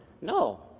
No